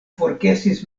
forgesis